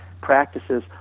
practices